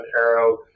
arrow